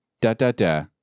da-da-da